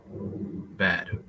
bad